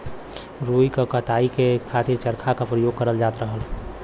रुई क कताई के खातिर चरखा क परयोग करल जात रहल